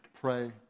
pray